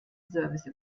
service